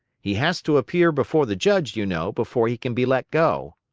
he has to appear before the judge, you know, before he can be let go.